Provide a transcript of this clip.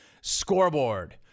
Scoreboard